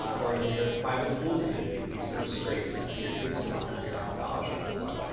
or in your private school community if you've sort of scraped to send your kids to one, or if you're on scholarship for but one.